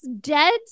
dead